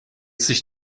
sich